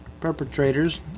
perpetrators